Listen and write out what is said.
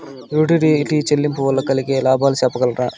Utility చెల్లింపులు వల్ల కలిగే లాభాలు సెప్పగలరా?